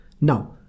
now